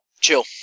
Chill